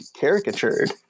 caricatured